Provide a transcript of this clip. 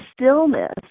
stillness